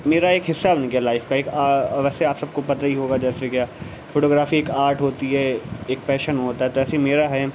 میرا ایک حصہ نکل آیا اس طرح ویسے آپ سب کو پتہ ہی ہوگا جیسے کہ فوٹو گرافی ایک آرٹ ہوتی ہے ایک پیشن ہوتا ہے تو ایسا میرا ہے